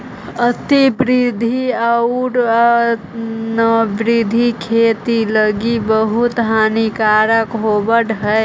अतिवृष्टि आउ अनावृष्टि खेती लागी बहुत हानिकारक होब हई